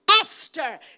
Esther